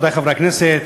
רבותי חברי הכנסת,